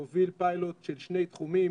מוביל פיילוט של שני תחומים,